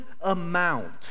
amount